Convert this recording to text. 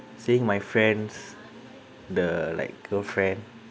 seeing my friends the like girlfriend